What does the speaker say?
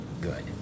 good